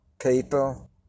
People